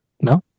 No